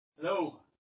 Hello